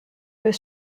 was